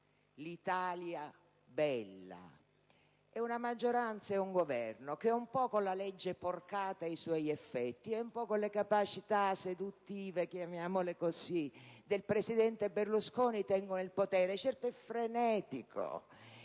l'Italia bella, e una maggioranza e un Governo che, un po' con la «legge porcata» e i suoi effetti, e un po' con le capacità seduttive (chiamiamole così) del presidente Berlusconi, tengono il potere. Certo è frenetico: